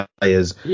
players